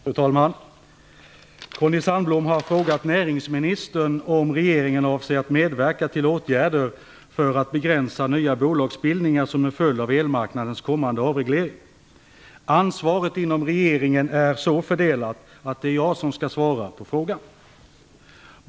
Fru talman! Conny Sandholm har frågat näringsministern om regeringen avser att medverka till åtgärder för att begränsa nya bolagsbildningar som en följd av elmarknadens kommande avreglering. Ansvaret inom regeringen är så fördelat att det är jag som skall svara på frågan.